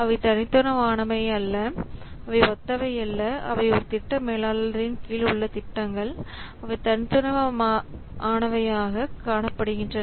அவை தனித்துவமானவை அல்ல அவை ஒத்தவை அல்ல அவை ஒரு திட்ட மேலாளரின் கீழ் உள்ள திட்டங்கள் அவை தனித்துவமானவையாகக் காணப்படுகின்றன